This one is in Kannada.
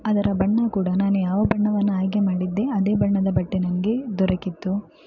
ಅದರ ಬಣ್ಣ ಕೂಡ ನಾನು ಯಾವ ಬಣ್ಣವನ್ನು ಆಯ್ಕೆ ಮಾಡಿದ್ದೆ ಅದೇ ಬಣ್ಣದ ಬಟ್ಟೆ ನನಗೆ ದೊರಕಿತ್ತು